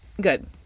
Good